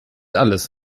alles